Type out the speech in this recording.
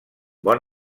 bon